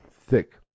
thick